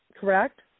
correct